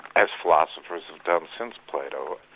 as philosophers have done since plato,